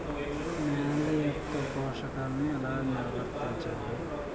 నెల యెక్క పోషకాలను ఎలా నిల్వర్తించాలి